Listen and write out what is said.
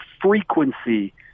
frequency